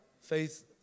Faith